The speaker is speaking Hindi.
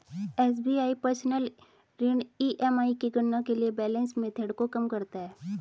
एस.बी.आई पर्सनल ऋण ई.एम.आई की गणना के लिए बैलेंस मेथड को कम करता है